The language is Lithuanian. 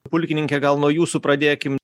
pulkininke gal nuo jūsų pradėkim